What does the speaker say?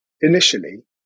initially